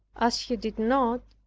as he did not,